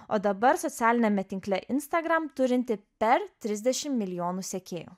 o dabar socialiniame tinkle instagram turinti per trisdešim milijonų sekėjų